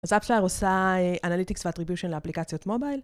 אז אפשר עושה Analytics ו-Attribution לאפליקציות מובייל.